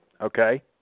okay